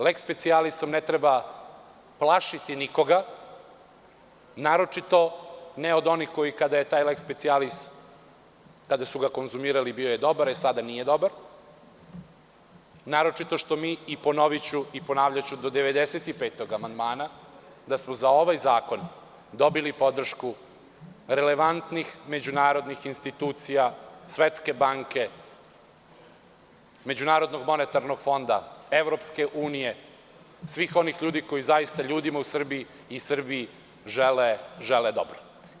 Leks specijalisom“ ne treba plašiti nikoga, naročito ne od onih koji kada su taj „leks specijalis“ konzumirali bio je dobar, a sada nije dobar, naročito što mi, i ponoviću i ponavljaću do 95. amandmana, da smo za ovaj zakon dobili podršku relevantnih međunarodnih institucija – Svetske banke, MMF-a, EU, svih onih ljudi koji zaista ljudima u Srbiji i Srbiji žele dobro.